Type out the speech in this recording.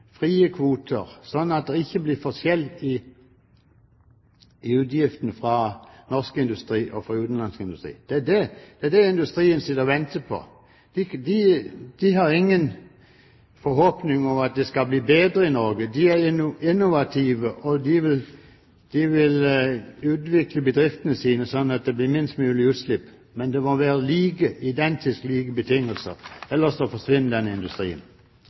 frie kvoter, sånn at det ikke blir forskjell i utgiftene for norsk industri og for utenlandsk industri. Det er det industrien sitter og venter på. De har ingen forhåpninger om at det skal bli bedre i Norge. De er innovative, og de vil utvikle bedriftene sine, sånn at det blir minst mulig utslipp, men det må være identiske, like betingelser, ellers forsvinner den industrien. Jeg vil først av alt takke interpellanten Ketil Solvik-Olsen for at han har reist denne